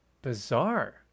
Bizarre